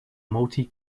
multi